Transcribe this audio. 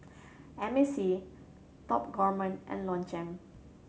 M A C Top Gourmet and Longchamp